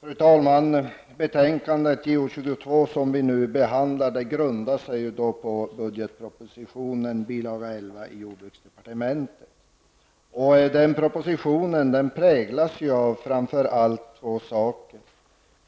Fru talman! Betänkandet som vi nu behandlar grundar sig på budgetpropositionen, bilaga 11, jordbruksdepartementet. Propositionen präglas av framför allt två saker.